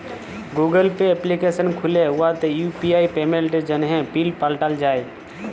Google Pay application খ্যুলে উয়াতে UPI পেমেল্টের জ্যনহে পিল পাল্টাল যায়